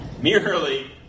merely